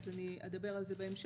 אז אדבר על זה בהמשך.